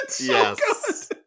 Yes